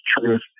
truth